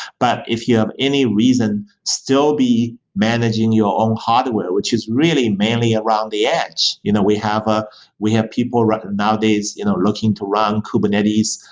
but if you have any reason still be managing your own hardware, which is really mainly around the edge. you know we have ah we have people nowadays you know looking to run kubernetes.